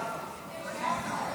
נתקבל.